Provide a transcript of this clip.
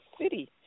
City